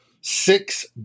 six